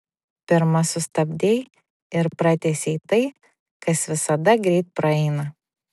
pirma sustabdei ir pratęsei tai kas visada greit praeina